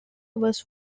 was